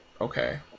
Okay